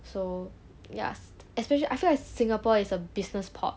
so ya especially I feel like singapore is a business port